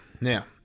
Now